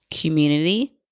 community